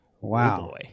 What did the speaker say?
Wow